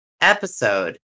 episode